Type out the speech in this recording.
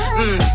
mmm